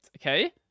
okay